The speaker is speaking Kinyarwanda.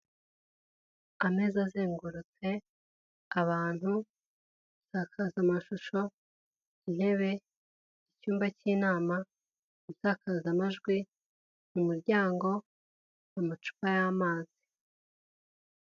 Ameza azengurutse, abantu, insakazamashusho, intebe, icyumba cy'inama, insakazamajwi mu muryango, amacupa y'amazi.